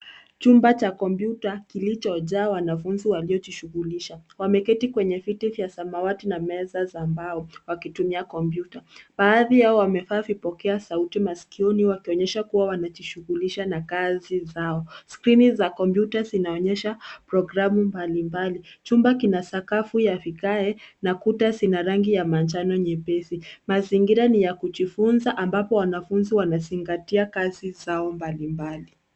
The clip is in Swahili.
Chumba cha kompyuta kilijaa wanafunzi waliokuwa wakijihusisha na shughuli mbalimbali. Wameketi kwenye viti vya rangi ya samawati na meza za mbao wakitumia kompyuta. Baadhi yao wamevaa vifaa vya kusikilizia sauti masikioni, wakionyesha kuwa wanajishughulisha na kazi zao. Skrini za kompyuta zinaonyesha programu mbalimbali. Chumba kina sakafu ya vigae na kuta zenye rangi ya machungwa iliyopauka. Mazingira ni ya kujifunzia, ambapo wanafunzi wanalenga katika kazi zao mbalimbali.